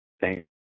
Thank